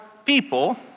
people